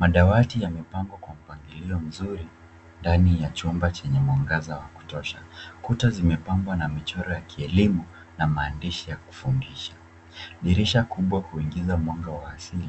Madawati yamepangwa kwa mpangilio mzuri ndani ya chumba chenye mwangaza wa kutosha. Kuta zimepambwa na michoro ya kielimu na maandishi ya kufundisha. Dirisha kubwa kuingiza mwanga wa asili.